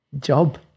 job